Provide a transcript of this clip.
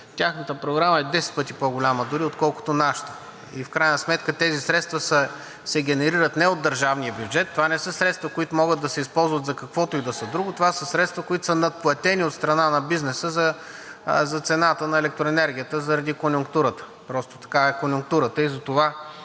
тяхната програма е 10 пъти по-голяма дори, отколкото нашата. В крайна сметка тези средства се генерират не от държавния бюджет. Това не са средства, които могат да се използват за каквото и да е друго. Това са средства, които са надплатени от страна на бизнеса за цената на електроенергията заради конюнктурата. Просто такава е конюнктурата и затова